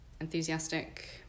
Enthusiastic